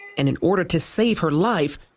and in order to save her life,